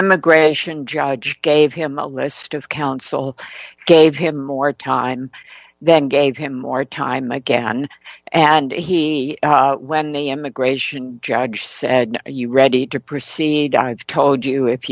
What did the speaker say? immigration judge gave him a list of counsel gave him more time then gave him more time again and he when the immigration judge said you're ready to proceed i've told you if